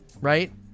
Right